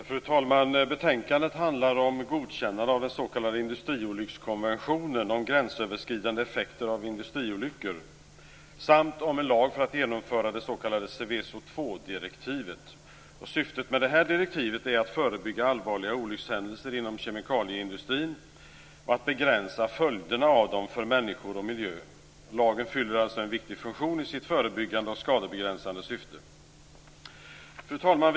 Fru talman! Betänkandet handlar om godkännande av den s.k. Industriolyckskonventionen om gränsöverskridande effekter av industriolyckor samt om en lag för att genomföra det s.k. Seveso II-direktivet. Syftet med direktivet är att förebygga allvarliga olyckshändelser inom kemikalieindustrin och att begränsa följderna av dem för människor och miljö. Lagen fyller alltså en viktig funktion i sitt förebyggande och skadebegränsande syfte. Fru talman!